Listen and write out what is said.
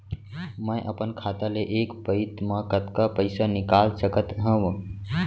मैं अपन खाता ले एक पइत मा कतका पइसा निकाल सकत हव?